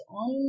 on